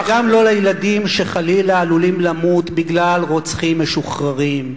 וגם לא לילדים שחלילה עלולים למות בגלל רוצחים משוחררים.